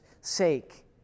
sake